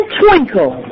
twinkle